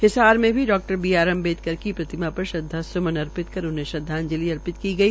हिसार में भी Dr B R Ambedkar की प्रतिमा पर श्रद्वास्मन अर्पित कर उन्हें श्रद्वाजंति अर्पित की गई